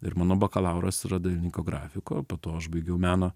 ir mano bakalauras yra dailininko grafiko po to aš baigiau meno